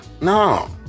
No